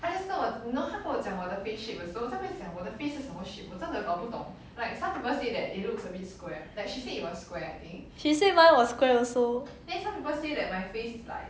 she said mine was square also